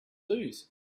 lose